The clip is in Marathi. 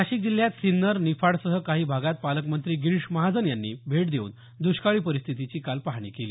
नाशिक जिल्ह्यात सिन्नर निफाडसह काही भागात पालकमंत्री गिरीश महाजन यांनी भेट देऊन दष्काळी स्थितीची काल पाहणी केली